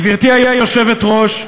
גברתי היושבת-ראש,